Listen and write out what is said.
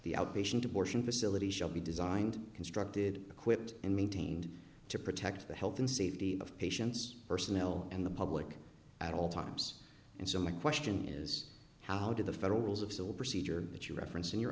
the outpatient abortion facility shall be designed constructed equipped and maintained to protect the health and safety of patients personnel and the public at all times and so my question is how do the federal rules of civil procedure that you reference in you